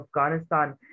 Afghanistan